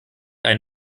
ein